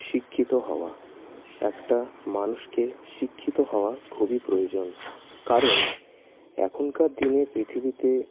শিক্ষিত হওয়া একটা মানুষকে শিক্ষিত হওয়া খুবই প্রয়োজন কারণ এখনকার দিনে পৃথিবীতে